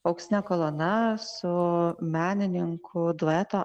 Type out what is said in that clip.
auksinė kolona su menininkų dueto